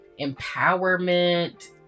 empowerment